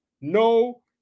no